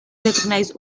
recognize